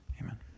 amen